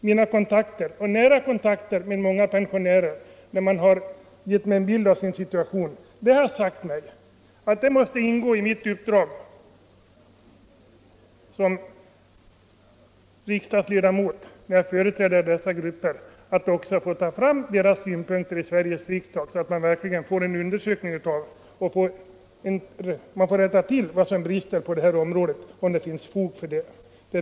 Mina nära kontakter med gamla pensionärer, som har gett mig en bild av sin situation, har lärt mig att det måste ingå i mitt uppdrag som riksdagsledamot att också föra fram deras synpunkter i Sveriges riksdag så att man får rätta till vad som brister för deras del. Det är detta som vi har hävdat.